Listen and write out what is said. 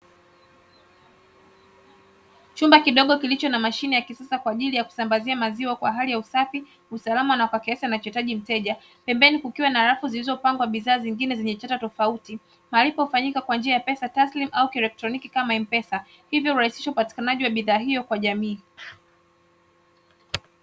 Chumba kidogo kilicho na mashine ya kisasa kwa ajili ya kusambazia maziwa kwa hali ya usafi usalama na kwa kiasi anachohitaji mteja, pembeni kukiwa na rafu zilizopangwa bidhaa zingine zenye chata tofauti. Malipo hufanyika kwa njia ya pesa taslimu au kielektroniki kama mpesa hivyo uraisisha upatikanaji wa bidhaa hiyo kwa jamii.